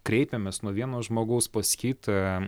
kreipėmės nuo vieno žmogaus pas kitą